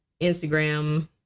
Instagram